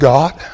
God